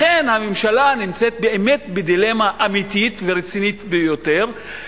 לכן הממשלה נמצאת באמת בדילמה אמיתית ורצינית ביותר.